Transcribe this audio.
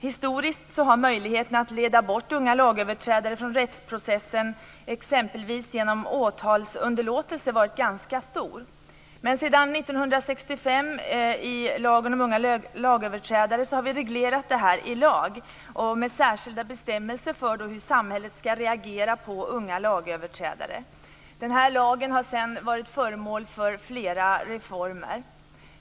Historiskt har möjligheterna att leda bort unga lagöverträdare från rättsprocessen, exempelvis genom åtalsunderlåtelse, varit ganska stora. Men sedan 1965 har vi reglerat det här i lagen om unga lagöverträdare. Där finns det särskilda bestämmelser för hur samhället ska reagera på unga lagöverträdare. Den här lagen har sedan varit föremål för flera reformer.